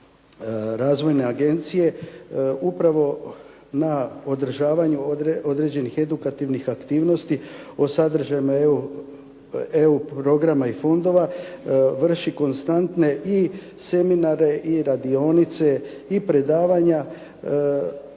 razvojne agencije upravo na održavanju određenih edukativnih aktivnosti o sadržajima EU programa i fondova vrši konstantne i seminare i radionice i predavanja,